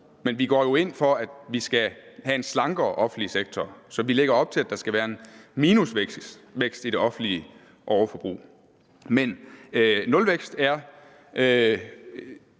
Men vi går jo ind for, at vi skal have en slankere offentlig sektor. Så vi lægger op til, at der skal være en minusvækst i det offentlige overforbrug. Men nulvækst er,